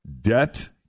Debt